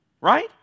Right